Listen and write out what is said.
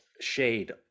shade